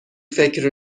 فکر